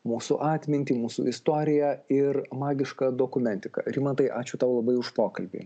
mūsų atmintį mūsų istoriją ir magišką dokumentiką rimantai ačiū tau labai už pokalbį